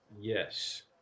Yes